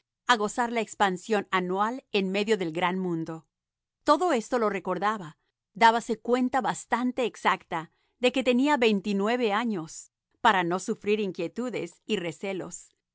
a gozar la expansión anual en medio del gran mundo todo esto lo recordaba dábase cuenta bastante exacta de que tenía veintinueve años para no sufrir inquietudes y recelos